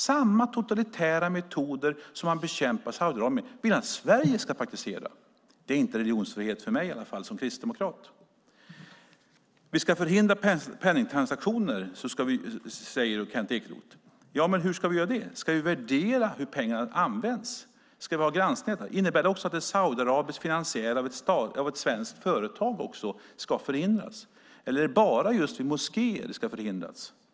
Samma totalitära metoder som Saudiarabien använder vill han att Sverige ska praktisera. Det är inte religionsfrihet, i varje fall inte för mig som kristdemokrat. Kent Ekeroth säger att vi ska förhindra penningtransaktioner. Hur ska vi göra det? Ska vi värdera hur pengarna används? Ska vi ha granskning av detta? Innebär det att en saudiarabisk finansiär av ett svenskt företag också ska hindras, eller är det bara just i samband med moskéer som man ska förhindra penningtransaktioner?